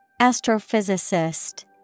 Astrophysicist